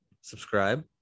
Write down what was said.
subscribe